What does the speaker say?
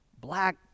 black